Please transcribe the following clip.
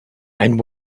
and